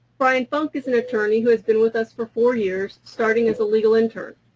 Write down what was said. bryan funk is an attorney who has been with us for four years, starting as a legal intern.